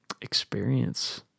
experience